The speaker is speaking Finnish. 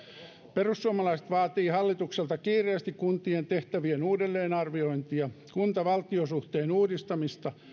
perussuomalaiset vaatii hallitukselta kiireesti kuntien tehtävien uudelleenarviointia kunta valtio suhteen uudistamista